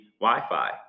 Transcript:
Wi-Fi